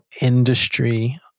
industry